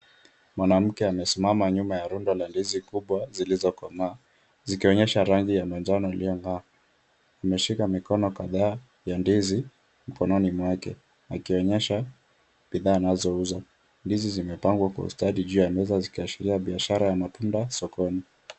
Mwanamke amesimama nyuma ya rundo la ndizi kubwa zilizokomaa, zikionyesha rangi ya manjano iliyong'aa. Ameshika mikono kadhaa ya ndizi mkononi mwake, akionyesha bidhaa anazouza. Ndizi zimepangwa kwa ustadi juu ya meza zikiashiria biashara ya matunda sokoni.